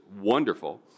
wonderful